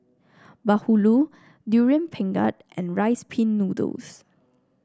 bahulu Durian Pengat and Rice Pin Noodles